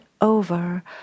over